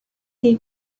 they